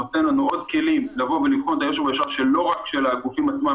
נותן לנו עוד כלים לבוא ולבחון שלא רק של הגופים עצמם,